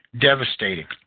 devastating